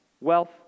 Wealth